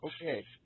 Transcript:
Okay